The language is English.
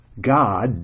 God